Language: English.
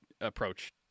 approach